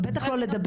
היא.